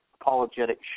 apologetic